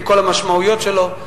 עם כל המשמעויות שלו.